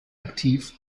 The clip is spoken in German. aktiv